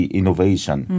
innovation